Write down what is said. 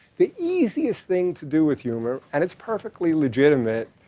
the easiest thing to do with humor, and it's perfectly legitimate,